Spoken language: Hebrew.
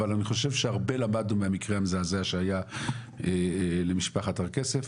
אבל אני חושב שלמדנו מהמקרה המזעזע שהיה במשפחת הר כסף.